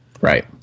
right